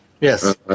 yes